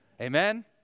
Amen